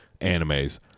animes